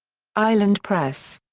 island press.